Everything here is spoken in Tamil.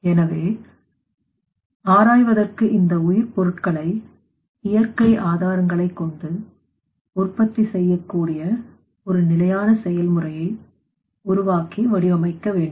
எனவே ஆராய்வதற்கு இந்த உயிர் பொருட்களை இயற்கை ஆதாரங்களை கொண்டு உற்பத்தி செய்யக்கூடிய ஒரு நிலையான செயல்முறையை உருவாக்கி வடிவமைக்க வேண்டும்